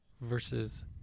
versus